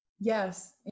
Yes